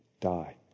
die